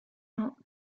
not